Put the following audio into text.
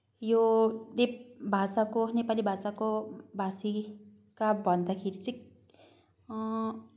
यो लिप भाषाको नेपाली भाषाको भाषिका भन्दाखेरि चाहिँ